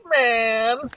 man